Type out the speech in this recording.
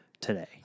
today